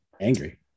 angry